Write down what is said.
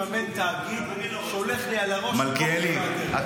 מממן תאגיד שהולך לי על הראש מבוקר ועד ערב?